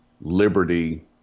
liberty